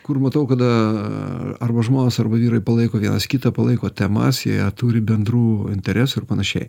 kur matau kada arba žmonos arba vyrai palaiko vienas kitą palaiko temas jie turi bendrų interesų ir panašiai